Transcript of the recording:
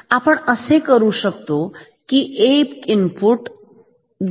तर आपण काय करू शकतो आपण एक इनपुट